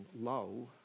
low